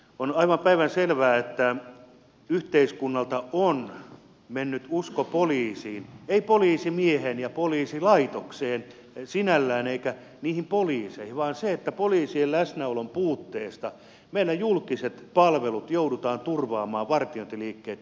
on aivan päivänselvää että yhteiskunnalta on mennyt usko poliisiin ei poliisimieheen ja poliisilaitokseen sinällään eikä niihin poliiseihin mutta poliisien läsnäolon puutteessa meillä julkiset palvelut joudutaan turvaamaan vartiointiliikkeitten vartijoilla